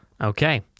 Okay